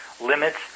limits